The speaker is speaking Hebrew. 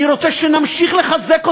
אני רוצה שנמשיך לחזק אותה.